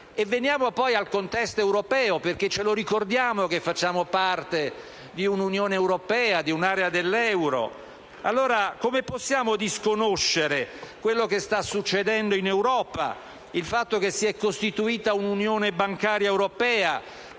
Venendo poi al contesto europeo, perché dobbiamo ricordare che facciamo parte dell'Unione europea e dell'area dell'euro, non possiamo disconoscere quello che sta succedendo in Europa, il fatto che si è costituita un'Unione bancaria europea,